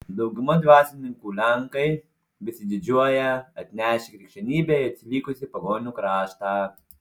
dauguma dvasininkų lenkai besididžiuoją atnešę krikščionybę į atsilikusį pagonių kraštą